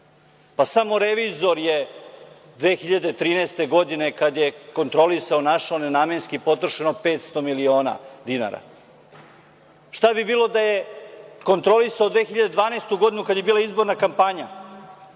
Pa, samo revizor je 2013. godine, kada je kontrolisao, našao nenamenski potrošeno 500 miliona dinara. Šta bi bilo da je kontrolisao 2012. godinu kada je bila izborna kampanja?